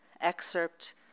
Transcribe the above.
excerpt